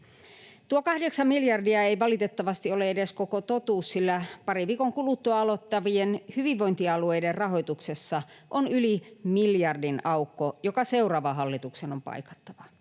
Tuo kahdeksan miljardia ei valitettavasti ole edes koko totuus, sillä parin viikon kuluttua aloittavien hyvinvointialueiden rahoituksessa on yli miljardin aukko, joka seuraavan hallituksen on paikattava.